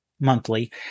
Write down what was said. monthly